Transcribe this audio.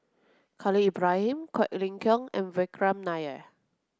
Khalil Ibrahim Quek Ling Kiong and Vikram Nair